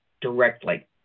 directly